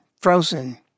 frozen